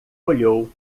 olhou